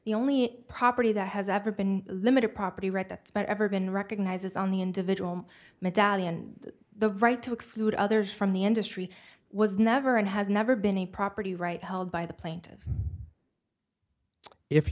the only property that has ever been limited property right that's but ever been recognized as on the individual medallion the right to exclude others from the industry was never and has never been a property right held by the plaintiff if